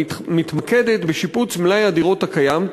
המתמקדת בשיפוץ מלאי הדירות הקיים,